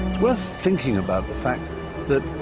worth thinking about the fact that,